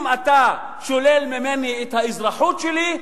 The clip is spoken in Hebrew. אם אתה שולל ממני את האזרחות שלי,